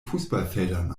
fußballfeldern